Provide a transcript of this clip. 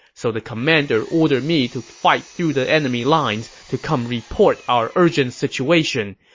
so the commander ordered me to fight through the enemy lines to come report our urgent situation.